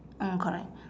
mm correct